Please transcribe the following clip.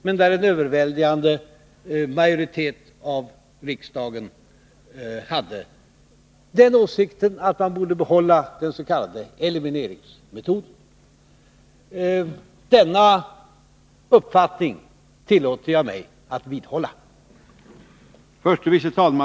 Men den överväldigande majoriteten i riksdagen hade den åsikten att man borde bibehålla den s.k. elimineringsmetoden. Denna uppfattning tillåter jag mig att vidhålla.